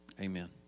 amen